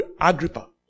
Agrippa